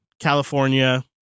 California